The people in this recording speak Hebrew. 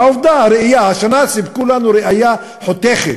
והעובדה, הראיה, השנה סיפקו לנו ראיה חותכת.